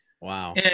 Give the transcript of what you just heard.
Wow